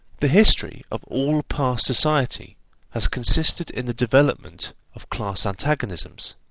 the history of all past society has consisted in the development of class antagonisms,